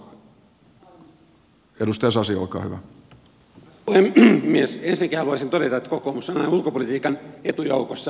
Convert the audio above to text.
ensinnäkin haluaisin todeta että kokoomus on näin ulkopolitiikan etujoukossa